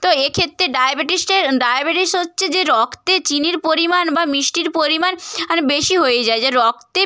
তো এক্ষেত্রে ডায়াবেটিসটা ডায়াবেটিস হচ্ছে যে রক্তে চিনির পরিমাণ বা মিষ্টির পরিমাণ আন বেশি হয়ে যায় যা রক্তে